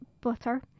Butter